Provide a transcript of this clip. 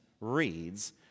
reads